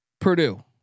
Purdue